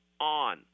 on